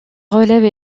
relève